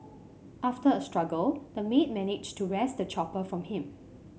after a struggle the maid managed to wrest the chopper from him